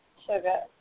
sugar